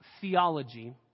theology